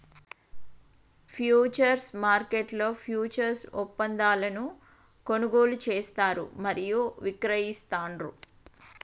futures మార్కెట్లో futures ఒప్పందాలను కొనుగోలు చేస్తారు మరియు విక్రయిస్తాండ్రు